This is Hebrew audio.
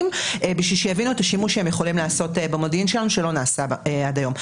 כדי שיבינו את השימוש שהם יכולים לעשות במודיעין שלנו שלא נעשה עד היום.